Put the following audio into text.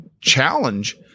challenge